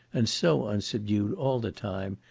and so unsubdued all the time,